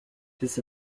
this